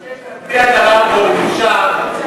להגביר את הרמקולים, אם אפשר.